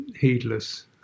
heedless